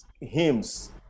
hymns